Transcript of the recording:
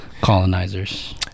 colonizers